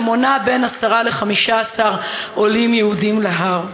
שמונה בין עשרה ל-15 עולים יהודים להר.